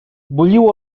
bulliu